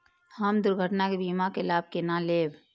हम दुर्घटना के बीमा के लाभ केना लैब?